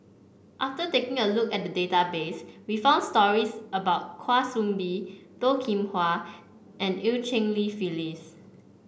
after taking a look at database we found stories about Kwa Soon Bee Toh Kim Hwa and Eu Cheng Li Phyllis